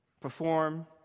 perform